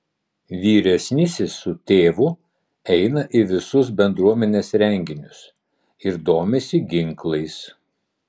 vyresnysis su tėvu eina į visus bendruomenės renginius ir domisi ginklais